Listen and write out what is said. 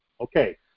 Okay